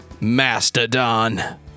Mastodon